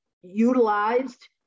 utilized